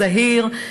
זהיר,